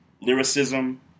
lyricism